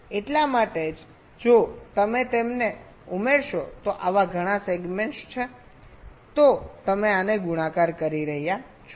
તેથી એટલા માટે જ જો તમે તેમને ઉમેરશો તો આવા ઘણા સેગમેન્ટ્સ છે તો તમે આને ગુણાકાર કરી રહ્યા છો